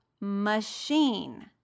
machine